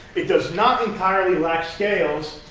it does not entirely lack scales,